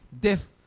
death